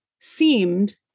seemed